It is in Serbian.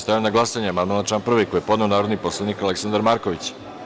Stavljam na glasanje amandman na član 1. koji je podneo narodni poslanik Aleksandar Marković.